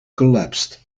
collapsed